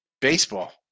baseball